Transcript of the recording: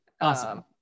Awesome